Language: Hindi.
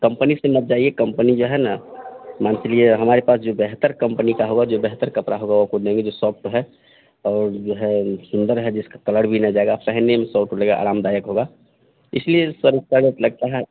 कम्पनी पर मत जाइए कम्पनी जो है न मान कर चलिए हमारे पास जो बेहतर कम्पनी का होगा जो बेहतर कपड़ा होगा वो आपको देंगे जो सॉफ्ट है और जो है सुंदर है जिसका कलर भी न जाएगा पहनने में शौक़ लेगा आरामदायक होगा इसलिए सर इतना रेट लगता है